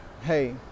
hey